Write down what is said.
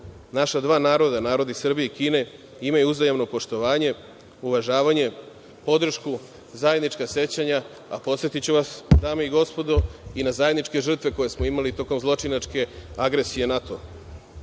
naša dva naroda. Narodi Srbije i Kine imaju uzajamno poštovanje, uvažavanje, podršku, zajednička sećanja, a podsetiću vas dame i gospodo, i na zajedničke žrtve koje smo imali tokom zločinačke NATO